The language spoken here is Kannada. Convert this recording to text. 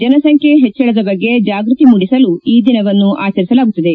ಜನಸಂಖ್ಯೆ ಹೆಚ್ಚಳದ ಬಗ್ಗೆ ಜಾಗೃತಿ ಮೂಡಿಸಲು ಈ ದಿನವನ್ನು ಆಚರಿಸಲಾಗುತ್ತದೆ